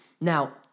Now